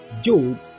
Job